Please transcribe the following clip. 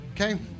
Okay